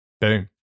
Boom